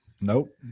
Nope